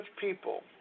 people